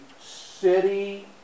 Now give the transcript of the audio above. city